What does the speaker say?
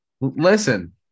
Listen